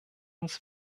uns